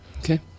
Okay